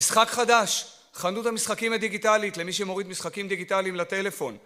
משחק חדש, חנות המשחקים הדיגיטלית למי שמוריד משחקים דיגיטליים לטלפון